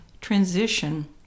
transition